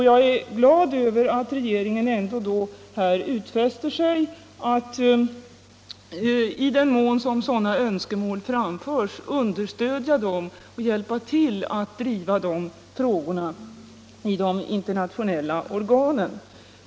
Jag är glad över att regeringen ändå utfäster sig att i den mån som'sådana önskemål framförs understödja dem och hjälpa till att driva dessa frågor i de internationella organen.